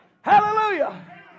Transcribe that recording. Hallelujah